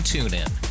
TuneIn